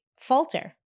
falter